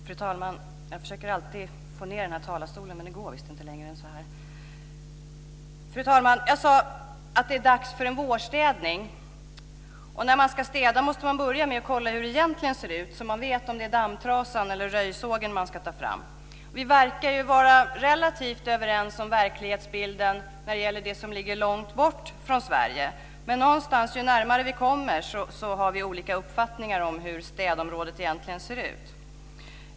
Fru talman! Jag försöker alltid få ned höjden på den här talarstolen, men det går visst inte längre än så här. Jag sade att det är dags för en vårstädning. När man ska städa måste man börja med att kolla hur det egentligen ser ut så att man vet om det är dammtrasan eller röjsågen man ska ta fram. Vi verkar ju vara relativt överens om verklighetsbilden när det gäller det som ligger långt bort från Sverige. Men någonstans är det så att ju närmare vi kommer desto mer olika uppfattningar har vi om hur städområdet egentligen ser ut.